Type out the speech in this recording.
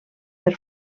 per